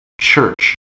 church